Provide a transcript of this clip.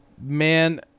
Man